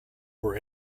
were